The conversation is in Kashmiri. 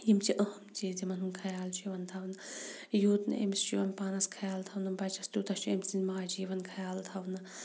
یِم چھِ اہم چیٖز یِمَن ہُنٛد خَیال چھُ یِوان تھاونہٕ یوٗت نہٕ أمس چھُ یِوان پانَس خَیال تھاونہٕ بَچَس تیوٗتاہ چھُ امۍ سٕنٛز ماجہِ یِوان خَیال تھاونہٕ